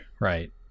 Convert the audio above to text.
right